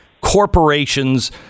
corporations